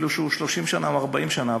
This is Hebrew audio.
אפילו שהוא בן 30 שנה או 40 שנה,